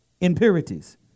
impurities